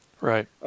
Right